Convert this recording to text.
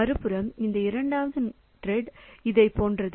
மறுபுறம் இந்த இரண்டாவது நூல் இதைப் போன்றது